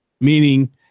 meaning